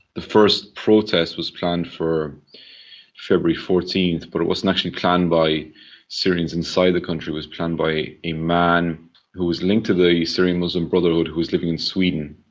the first protest was planned for february fourteen, but it wasn't actually planned by syrians inside the country, it was planned by a man who was linked to the syrian muslim brotherhood who was living in sweden,